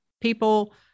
people